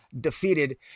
defeated